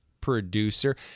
Producer